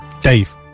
Dave